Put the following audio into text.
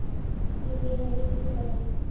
UPI ID कैसे बनेला?